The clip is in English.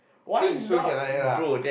so you sure cannot add lah